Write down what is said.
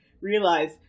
realize